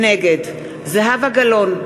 נגד זהבה גלאון,